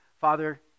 Father